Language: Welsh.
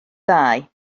ddau